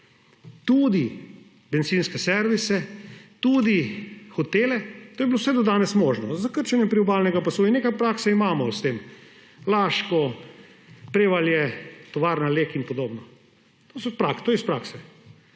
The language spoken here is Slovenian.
tudi bencinske servise, tudi hotele, to je bilo vse do danes mogoče, s krčenjem priobalnega pasu in nekaj prakse imamo s tem: Laško, Prevalje, tovarna Lek in podobno. To je iz prakse.